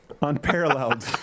unparalleled